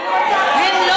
מה